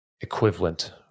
equivalent